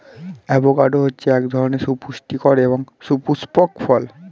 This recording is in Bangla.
অ্যাভোকাডো হচ্ছে এক ধরনের সুপুস্টিকর এবং সুপুস্পক ফল